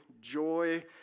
joy